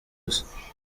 hose